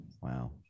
Wow